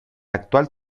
actual